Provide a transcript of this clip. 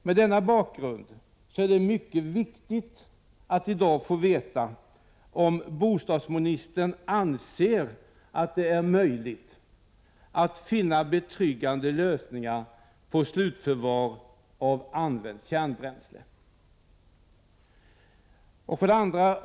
Mot denna bakgrund är det mycket viktigt att vi i dag får veta om bostadsministern anser att det är möjligt att finna betryggande lösningar på slutförvaringen av använt kärnbränsle.